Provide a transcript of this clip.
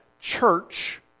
church